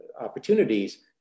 opportunities